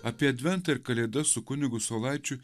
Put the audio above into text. apie adventą ir kalėdas su kunigu saulaičiu